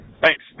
Thanks